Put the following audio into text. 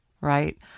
Right